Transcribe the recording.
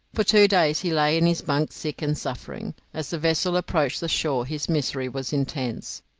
for two days he lay in his bunk sick and suffering. as the vessel approached the shore his misery was intense.